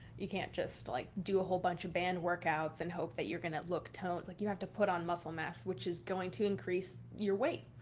you can't just like do a whole bunch of band workouts and hope that you're going to look tone. like you have to put on muscle mass, which is going to increase your weight.